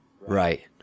right